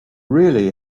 really